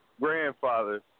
grandfather